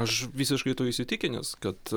aš visiškai tuo įsitikinęs kad